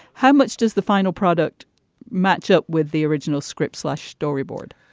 how much does the final product match up with the original script slash storyboard?